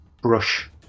brush